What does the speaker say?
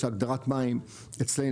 של הגדרת מים אצלנו,